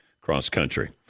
cross-country